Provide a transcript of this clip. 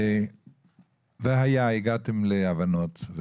והיה והגעתם להבנות,